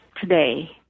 today